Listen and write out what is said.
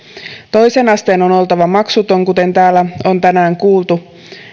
toisen asteen on oltava maksuton kuten täällä on tänään kuultu